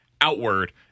outward